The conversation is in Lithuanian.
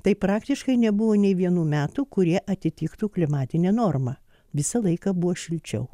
tai praktiškai nebuvo nei vienų metų kurie atitiktų klimatinę normą visą laiką buvo šilčiau